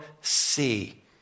see